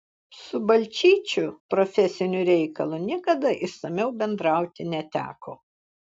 su balčyčiu profesiniu reikalu niekada išsamiau bendrauti neteko